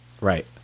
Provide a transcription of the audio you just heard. Right